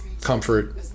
comfort